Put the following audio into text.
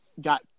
Got